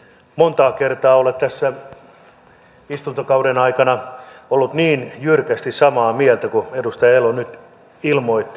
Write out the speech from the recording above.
montaa kertaa en ole tässä istuntokauden aikana ollut niin jyrkästi samaa mieltä kuin siitä mitä edustaja elo nyt ilmoitti